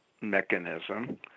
mechanism